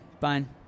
Fine